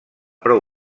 prou